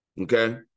okay